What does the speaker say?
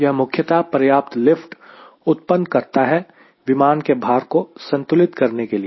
यह मुख्यत पर्याप्त लिफ्ट उत्पन्न करता है विमान के भार को संतुलित करने के लिए